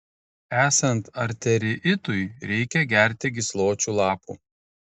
esant arteriitui reikia gerti gysločių lapų